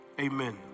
Amen